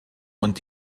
und